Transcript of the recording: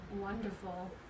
wonderful